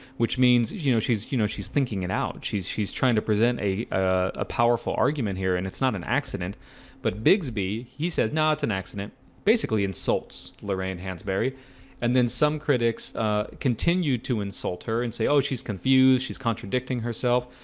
which means you know, she's you know, she's thinking it and out. she's she's trying to present a ah ah powerful argument here, and it's not an accident but bigsby he says now it's an accident basically insults lorraine hansberry and then some critics continue to insult her and say, oh she's confused. she's contradicting herself,